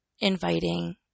inviting